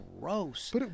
gross